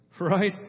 right